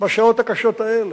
בשעות הקשות האלה.